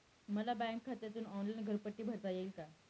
मला बँक खात्यातून ऑनलाइन घरपट्टी भरता येईल का?